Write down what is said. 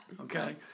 Okay